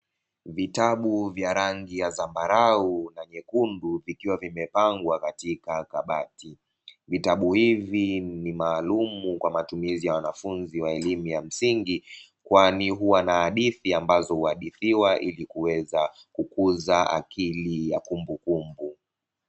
Vitabu vya rangi ya zambarau na nyekundu, vikiwa vimepangwa katika kabati, vitabu hivi ni maalumu kwa matumizi ya wanafunzi wa elimu ya msingi, kwani huwa na hadithi ambazo huhadithiwa ilikuweza kukuza akili ya kumbukumbu.